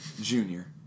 Junior